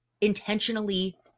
intentionally